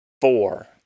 Four